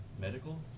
medical